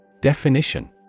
Definition